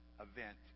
event